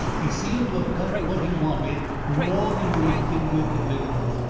he seemed to have got what he wanted more than when he fingered the bills.